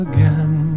Again